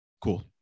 Cool